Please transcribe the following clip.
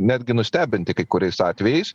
netgi nustebinti kai kuriais atvejais